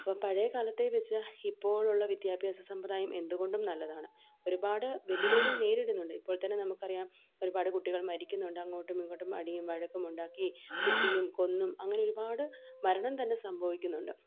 അപ്പം പഴയ കാലത്തെ വെച്ച് ഇപ്പോഴുള്ള വിദ്യാഭ്യാസ സമ്പ്രദായം എന്തുകൊണ്ടും നല്ലതാണ് ഒരുപാട് വെല്ലുവിളികൾ നേരിടുന്നുണ്ട് ഇപ്പോൾ തന്നെ നമുക്ക് അറിയാം ഒരുപാട് കുട്ടികൾ മരിക്കുന്നുണ്ട് അങ്ങോട്ടും ഇങ്ങോട്ടും അടിയും വഴക്കും ഉണ്ടാക്കി കുത്തിയും കൊന്നും അങ്ങനെ ഒരുപാട് മരണം തന്നെ സംഭവിക്കുന്നുണ്ട്